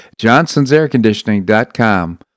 johnsonsairconditioning.com